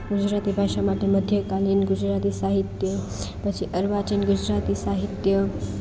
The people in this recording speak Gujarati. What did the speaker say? ગુજરાતી ભાષા માટે મધ્યકાલીન ગુજરાતી સાહિત્ય પછી અર્વાચીન ગુજરાતી સાહિત્ય